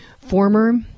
former